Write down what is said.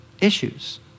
issues